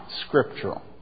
scriptural